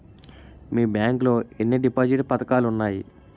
మీ bank లో ఎన్ని deposit పథకాలు ఉన్నాయి?